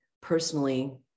personally